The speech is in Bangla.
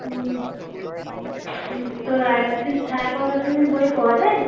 তো রায় মার্টিন ছায়া প্রকাশনীর বই পাওয়া যায়